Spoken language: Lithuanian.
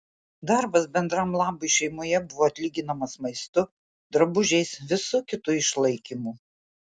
darbas bendram labui šeimoje buvo atlyginamas maistu drabužiais visu kitu išlaikymu